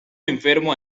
enfermo